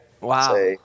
Wow